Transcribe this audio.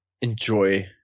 enjoy